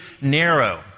narrow